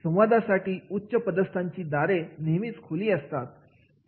संवादासाठी उच्चपदस्थांची दारे नेहमीच खुली असतात